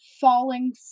falling